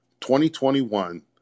2021